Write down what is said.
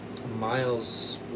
Miles